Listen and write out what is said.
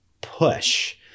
push